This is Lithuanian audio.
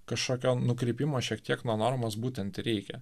kažkokio nukrypimo šiek tiek nuo normos būtent reikia